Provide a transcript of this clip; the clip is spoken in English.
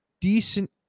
decent